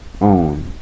on